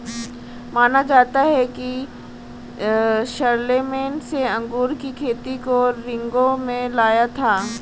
माना जाता है कि शारलेमेन ने अंगूर की खेती को रिंगौ में लाया था